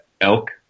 elk